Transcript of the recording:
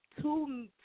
two